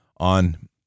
on